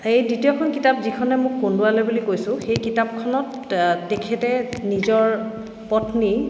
এই দ্বিতীয়খন কিতাপ যিখনে মোক কন্দুৱালে বুলি কৈছোঁ সেই কিতাপখনত তেখেতে নিজৰ পত্নী